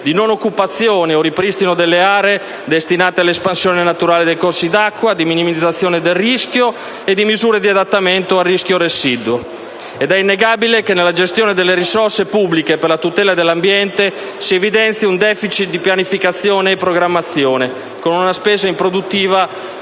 di non occupazione o ripristino delle aree destinate all'espansione naturale dei corsi d'acqua, di minimizzazione del rischio e di misure di adattamento al rischio residuo. È innegabile che nella gestione delle risorse pubbliche per la tutela dell'ambiente si evidenzia un *deficit* di pianificazione e programmazione con una spesa improduttiva e